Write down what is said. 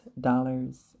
dollars